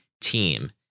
team